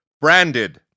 Branded